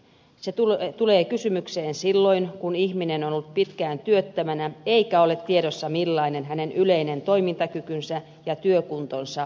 se tulee kysymykseen silloin kun ihminen on ollut pitkään työttömänä eikä ole tiedossa millainen hänen yleinen toimintakykynsä ja työkuntonsa on